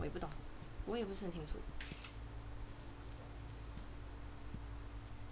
不懂我也不是很清楚